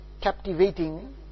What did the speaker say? captivating